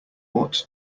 ought